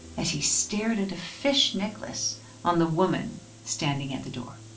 as he stared at a fish necklace on the woman standing at the door.